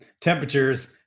temperatures